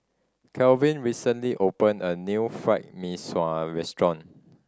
Calvin recently opened a new Fried Mee Sua restaurant